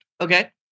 Okay